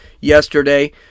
yesterday